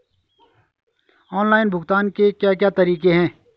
Online भुगतान के क्या क्या तरीके हैं?